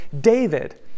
David